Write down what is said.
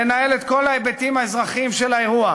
לנהל את כל ההיבטים האזרחיים של האירוע,